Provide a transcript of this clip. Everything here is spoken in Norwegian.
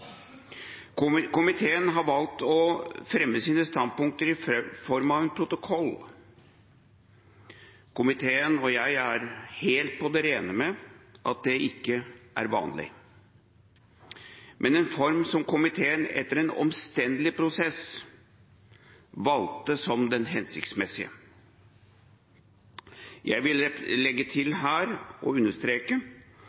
avklaring. Komiteen har valgt å fremme sine standpunkter i form av en protokoll. Komiteen og jeg er helt på det rene med at det ikke er vanlig, men en form som komiteen etter en omstendelig prosess valgte som den hensiktsmessige. Jeg vil legge til